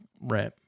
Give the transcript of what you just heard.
Right